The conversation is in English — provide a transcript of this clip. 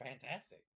fantastic